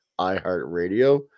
iHeartRadio